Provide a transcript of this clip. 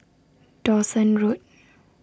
Dawson Road